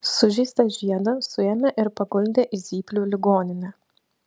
sužeistą žiedą suėmė ir paguldė į zyplių ligoninę